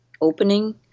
opening